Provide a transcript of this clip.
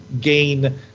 gain